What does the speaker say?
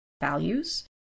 values